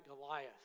Goliath